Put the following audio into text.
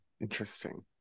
interesting